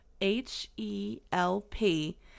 H-E-L-P